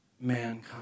mankind